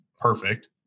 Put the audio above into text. Perfect